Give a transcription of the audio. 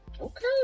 Okay